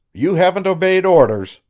you haven't obeyed orders,